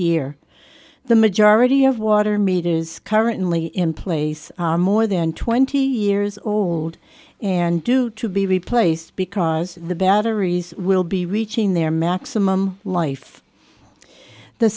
year the majority of water meters currently in place are more than twenty years old and due to be replaced because the batteries will be reaching their maximum life the